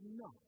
no